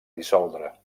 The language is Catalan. dissoldre